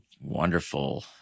wonderful